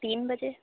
تین بجے